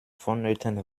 vonnöten